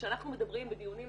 כשאנחנו מדברים בדיונים נוספים,